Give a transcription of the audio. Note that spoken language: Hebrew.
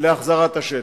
להחזרת השטח,